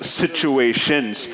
situations